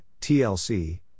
TLC